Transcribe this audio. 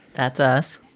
that's us.